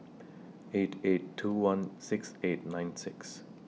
eight eight two one six eight nine six